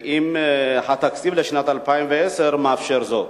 האם התקציב לשנת 2010 מאפשר זאת?